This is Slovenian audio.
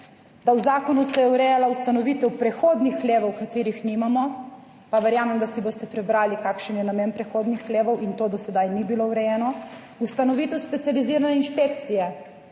da v zakonu se je urejala ustanovitev prehodnih hlevov, katerih nimamo, pa verjamem, da si boste prebrali kakšen je namen prehodnih hlevov in to do sedaj ni bilo urejeno. Ustanovitev specializirane inšpekcije,